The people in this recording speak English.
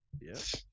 Yes